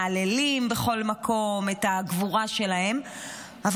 מהללים את הגבורה שלהם בכל מקום,